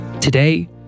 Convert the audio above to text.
today